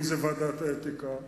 אם בוועדת האתיקה,